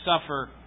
suffer